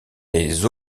les